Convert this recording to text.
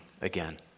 again